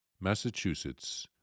Massachusetts